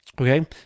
Okay